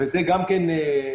זה גם כן בעייתי.